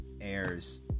airs